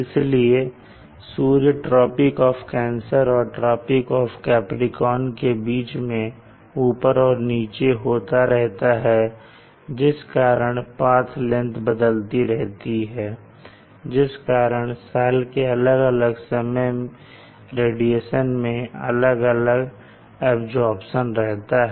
इसलिए सूर्य tropic of cancer और ट्रॉपिक ऑफ कैप्रीकॉर्न के बीच में ऊपर और नीचे होता रहता है जिस कारण पाथ लेंगथ बदलती रहती है जिस कारण साल के अलग अलग समय रेडिएशन में अलग अलग अब्जॉर्प्शन रहता है